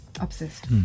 Obsessed